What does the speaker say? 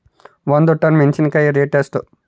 ಒಂದು ಟನ್ ಮೆನೆಸಿನಕಾಯಿ ರೇಟ್ ಎಷ್ಟು?